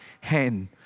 hand